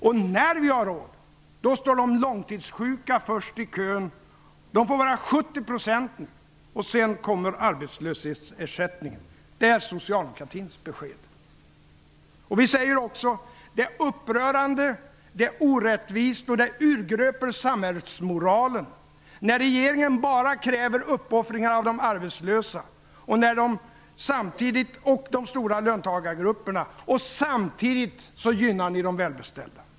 Men när vi har råd, då står de långtidssjuka först i kö. De får bara 70 % i dag. Sedan kommer arbetslöshetsersättningen. Det är socialdemokratins besked. Vi säger också: Det är upprörande, det är orättvist och det urgröper samhällsmoralen, när regeringen bara kräver uppoffringar av de arbetslösa och av de stora löntagargrupperna och samtidigt gynnar de redan välbeställda.